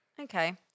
Okay